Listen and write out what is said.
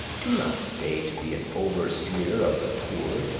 do not stay to be an overseer of the poor,